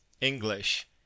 English